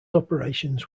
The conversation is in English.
operations